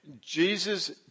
Jesus